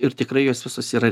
ir tikrai jos visos yra